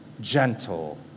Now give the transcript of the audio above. gentle